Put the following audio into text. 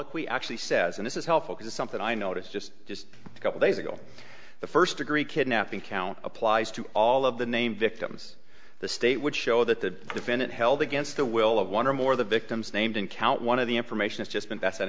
if we actually says and this is helpful to something i notice just just a couple days ago the first the kidnapping count applies to all of the named victims the state would show that the defendant held against the will of one or more of the victims named in count one of the information is just and that